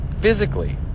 physically